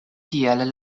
tial